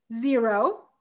zero